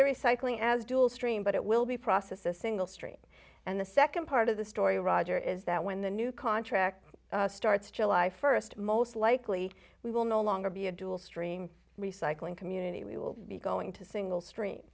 their recycling as dual stream but it will be processed a single street and the second part of the story roger is that when the new contract starts july first most likely we will no longer be a dual string recycling community we will be going to single